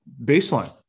baseline